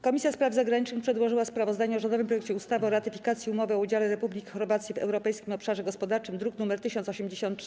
Komisja Spraw Zagranicznych przedłożyła sprawozdanie o rządowym projekcie ustawy o ratyfikacji Umowy o udziale Republiki Chorwacji w Europejskim Obszarze Gospodarczym, druk nr 1083.